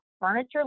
furniture